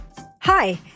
Hi